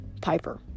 Piper